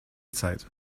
zeit